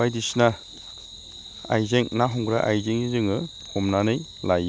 बायदिसिना आइजें ना हमग्रा आइजेंजों जोङो हमनानै लायो